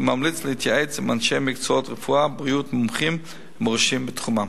וממליץ להתייעץ עם אנשי מקצועות רפואה ובריאות מומחים ומורשים בתחומם.